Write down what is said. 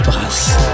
Brass